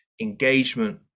engagement